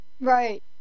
Right